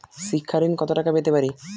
শিক্ষা ঋণ কত টাকা পেতে পারি?